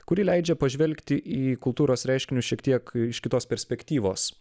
kuri leidžia pažvelgti į kultūros reiškinius šiek tiek iš kitos perspektyvos